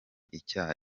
icyaha